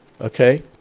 okay